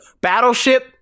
Battleship